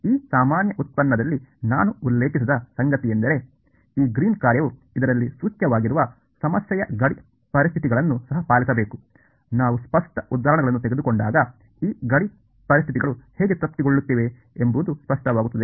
ಈ ಸಾಮಾನ್ಯ ವ್ಯುತ್ಪನ್ನದಲ್ಲಿ ನಾನು ಉಲ್ಲೇಖಿಸದ ಸಂಗತಿಯೆಂದರೆ ಈ ಗ್ರೀನ್ಸ್ ಕಾರ್ಯವು ಇದರಲ್ಲಿ ಸೂಚ್ಯವಾಗಿರುವ ಸಮಸ್ಯೆಯ ಗಡಿ ಪರಿಸ್ಥಿತಿಗಳನ್ನು ಸಹ ಪಾಲಿಸಬೇಕು ನಾವು ಸ್ಪಷ್ಟ ಉದಾಹರಣೆಗಳನ್ನು ತೆಗೆದುಕೊಂಡಾಗ ಈ ಗಡಿ ಪರಿಸ್ಥಿತಿಗಳು ಹೇಗೆ ತೃಪ್ತಿಗೊಳ್ಳುತ್ತಿವೆ ಎಂಬುದು ಸ್ಪಷ್ಟವಾಗುತ್ತದೆ